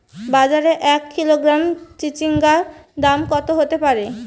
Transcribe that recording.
বাজারে এক কিলোগ্রাম চিচিঙ্গার দাম কত হতে পারে?